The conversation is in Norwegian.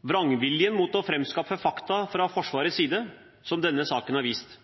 med vrangviljen mot å framskaffe fakta fra Forsvarets side, slik denne saken har vist.